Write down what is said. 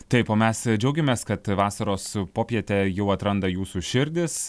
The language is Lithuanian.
taip o mes džiaugiamės kad vasaros popietė jau atranda jūsų širdis